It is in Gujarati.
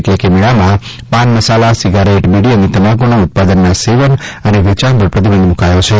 એટલે કે મેળામાં પાન મસાલા સીગારેટ બીડી અને તમાકુના ઉત્પાદનના સેવન અને વેચાણ પર પ્રતિબંધ મુકાયો છે